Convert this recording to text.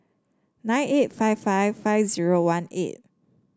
eight nine five five five zero one eight